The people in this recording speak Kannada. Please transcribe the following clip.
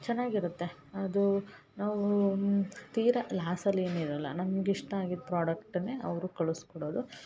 ಚೆನ್ನಾಗಿರತ್ತೆ ಅದು ನಾವು ತೀರ ಲಾಸ್ ಅಲ್ಲಿ ಏನಿರಲ್ಲ ನಮ್ಗೆ ಇಷ್ಟ ಆಗಿದ್ದ ಪ್ರಾಡಕ್ಟನ್ನೇ ಅವರು ಕಳ್ಸಿ ಕೊಡೋದು